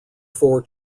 four